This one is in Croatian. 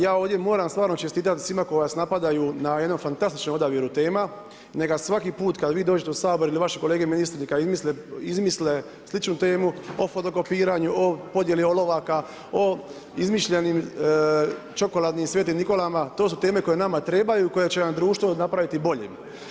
Ja ovdje moram stvarno čestitati svima koji vas napadaju na jednom fantastičnom odabiru tema, neka svaki put kada vi dođete u Sabor ili vaše kolege ministri kad izmisle sličnu temu o fotokopiranju, o podjeli olovaka, o izmišljenim čokoladnim svetim nikolama, to su teme koje nama trebaju koje će vam društvo napraviti boljim.